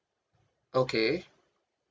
okay